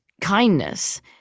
kindness